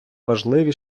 важливі